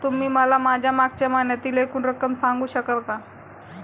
तुम्ही मला माझ्या मागच्या महिन्यातील एकूण रक्कम सांगू शकाल का?